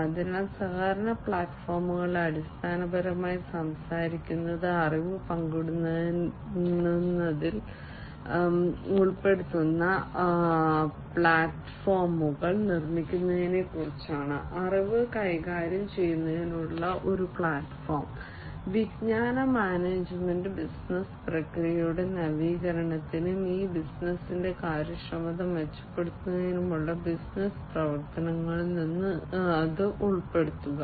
അതിനാൽ സഹകരണ പ്ലാറ്റ്ഫോമുകൾ അടിസ്ഥാനപരമായി സംസാരിക്കുന്നത് അറിവ് പങ്കിടുന്നതിൽ ഉൾപ്പെടുന്ന പ്ലാറ്റ്ഫോമുകൾ നിർമ്മിക്കുന്നതിനെക്കുറിച്ചാണ് അറിവ് കൈകാര്യം ചെയ്യുന്നതിനുള്ള ഒരു പ്ലാറ്റ്ഫോം വിജ്ഞാന മാനേജുമെന്റ് ബിസിനസ്സ് പ്രക്രിയകളുടെ നവീകരണത്തിനും ഈ ബിസിനസിന്റെ കാര്യക്ഷമത മെച്ചപ്പെടുത്തുന്നതിനുമുള്ള ബിസിനസ്സ് പ്രവർത്തനത്തിൽ അത് ഉൾപ്പെടുത്തുക